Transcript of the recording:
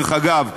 אגב,